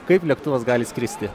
kaip lėktuvas gali skristi